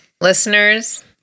Listeners